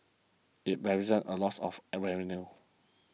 it represents a loss of a revenue